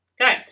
Okay